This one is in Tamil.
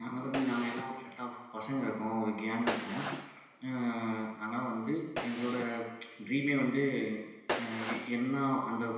நாங்கள் வந்து நாங்கள் எல்லாம் ஒரு செட் ஆஃப் பசங்கள் இருக்கோம் ஒரு கேங் இருக்கோம் நாங்கெளெல்லாம் வந்து எங்களோடய ட்ரீமே வந்து எ என்ன அந்த